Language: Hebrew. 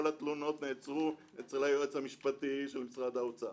כל התלונות נעצרו אצל היועץ המשפטי של משרד האוצר.